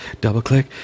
double-click